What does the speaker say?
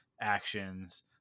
actions